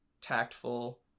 tactful